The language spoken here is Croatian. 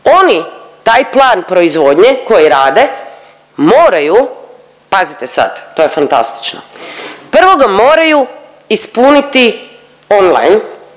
Oni taj plan proizvodnje koji rade moraju pazite sad to je fantastično, prvo ga moraju ispuniti on-line,